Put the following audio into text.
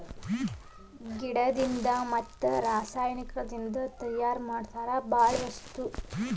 ಗಿಡದಿಂದ ಮತ್ತ ರಸಾಯನಿಕದಿಂದ ತಯಾರ ಮಾಡತಾರ ಬಾಳ ವಸ್ತು ತಯಾರಸ್ತಾರ